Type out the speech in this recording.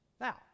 Now